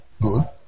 good